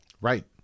Right